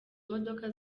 imodoka